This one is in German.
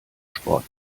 sport